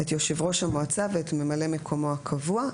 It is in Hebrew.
את יושב-ראש המועצה ואת ממלא מקומו הקבוע.